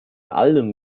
allem